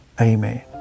amen